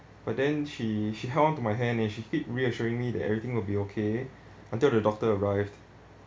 but then she she held on to my hand and she keep reassuring me that everything will be okay until the doctor arrived